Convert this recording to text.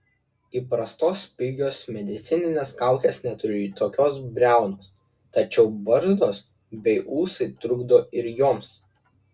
įprastos pigios medicininės kaukės neturi tokios briaunos tačiau barzdos bei ūsai trukdo ir joms